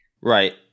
Right